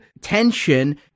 tension